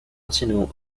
enseignement